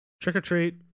trick-or-treat